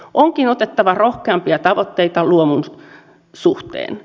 onkin otettava rohkeampia tavoitteita luomun suhteen